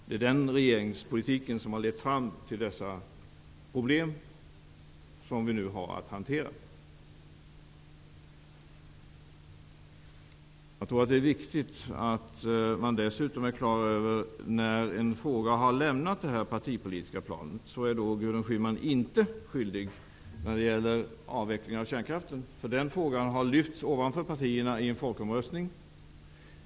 Det är den regeringspolitiken som har lett fram till de problem som vi nu har att hantera. Jag tror dessutom att det är viktigt att man är på det klara med när en fråga har lämnat det partipolitiska planet. När det gäller avvecklingen av kärnkraften är Gudrun Schuman exempelvis inte skyldig -- den frågan har lyfts ovanför partipolitiken i en folkomröstning.